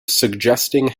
suggesting